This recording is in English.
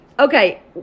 Okay